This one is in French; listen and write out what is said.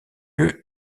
lieu